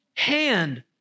hand